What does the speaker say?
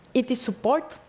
it is support,